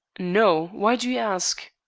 no why do you ask?